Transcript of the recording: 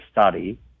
study